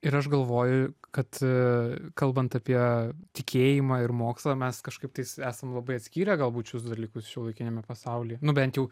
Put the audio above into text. ir aš galvoju kad kalbant apie tikėjimą ir mokslą mes kažkaip tais esam labai atskyrę galbūt šiuos dalykus šiuolaikiniame pasaulyje nu bent jau